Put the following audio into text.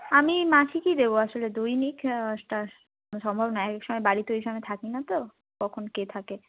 আমি মাসিকই দেব আসলে দৈনিক সম্ভব নয় ওই সময় বাড়িতে ওই সময় থাকি না তো কখন কে থাকে